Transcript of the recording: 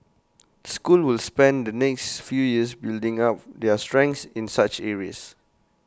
schools will spend the next few years building up their strengths in such areas